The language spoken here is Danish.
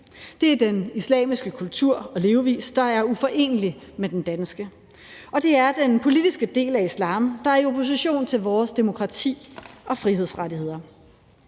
Det er den islamiske kultur og levevis, der er uforenelig med den danske, og det er den politiske del af islam, der er i opposition til vores demokrati og frihedsrettigheder.